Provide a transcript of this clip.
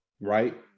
right